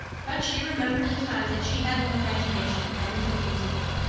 but she remembered in time that she had an imagination and could use it.